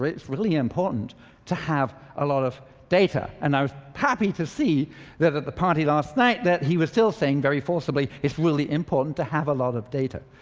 it's really important to have a lot of data. and i was happy to see that at the party last night that he was still saying, very forcibly, it's really important to have a lot of data.